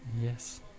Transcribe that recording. Yes